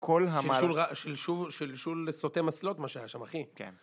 שלשול סותם אסלות, מה שהיה שם, אחי.